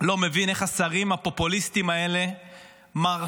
לא מבין איך השרים הפופוליסטים האלה מרשים